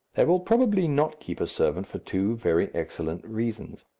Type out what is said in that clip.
they will probably not keep a servant for two very excellent reasons,